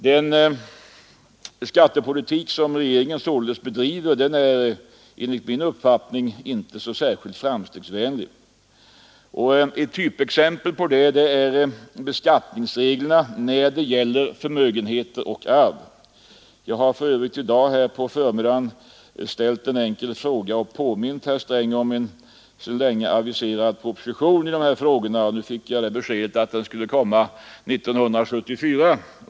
Den skattepolitik som regeringen således bedriver är enligt min uppfattning inte särskilt framstegsvänlig. Ett typexempel på det är beskattningreglerna när det gäller förmögenhet och arv. Jag har för övrigt tidigare i dag ställt en enkel fråga och påmint herr Sträng om en sedan länge aviserad proposition i dessa frågor. Jag fick beskedet att den kommer att läggas fram 1974.